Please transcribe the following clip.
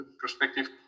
perspective